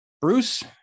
Bruce